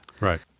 Right